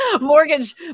mortgage